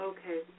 Okay